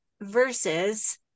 versus